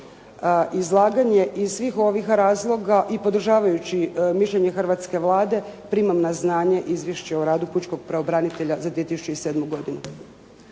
izlaganje. Iz svih ovih razloga i podržavajući mišljenje hrvatske Vlade primam na znanje izvješće o radu pučkog pravobranitelja za 2007. godinu.